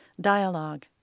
Dialogue